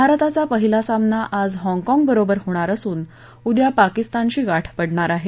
भारताचा पहिला सामना आज हाँगकाँग बरोबर होणार असून उद्या पाकिस्तानशी गाठ पडणार आहे